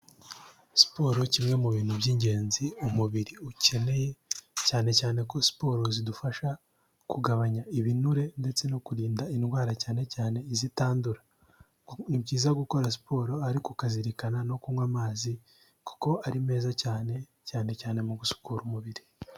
Siporo kimwe mu bintu by'ingenzi umubiri ukeneye, cyane cyane ko siporo zidufasha kugabanya ibinure ndetse no kurinda indwara cyane cyane izitandura, ni byiza gukora siporo ariko ukazirikana no kunywa amazi kuko ari meza cyane, cyane cyane mu gusukura umubiri.